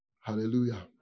Hallelujah